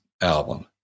album